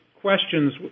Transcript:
questions